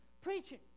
preaching